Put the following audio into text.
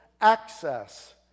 access